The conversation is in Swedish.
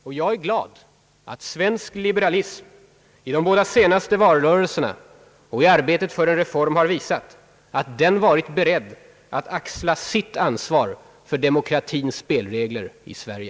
Jag är ock så glad över att svensk liberalism i de båda senaste valrörelserna och i arbetet för en reform har visat att den varit beredd att axla sitt ansvar för demokratins spelregler i Sverige.